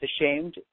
ashamed